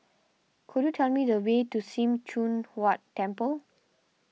could you tell me the way to Sim Choon Huat Temple